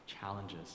challenges